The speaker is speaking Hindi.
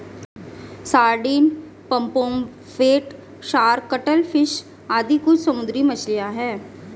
sardine, pomfret, shark, cuttlefish आदि कुछ समुद्री मछलियाँ हैं